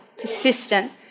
persistent